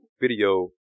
video